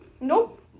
Nope